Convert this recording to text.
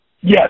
Yes